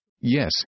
Yes